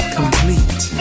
complete